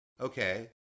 Okay